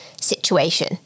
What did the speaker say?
situation